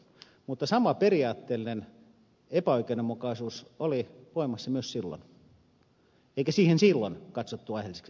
mutta sama periaatteellinen epäoikeudenmukaisuus oli voimassa myös silloin eikä siihen silloin katsottu aiheelliseksi puuttua